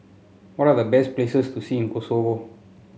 what are the best places to see in Kosovo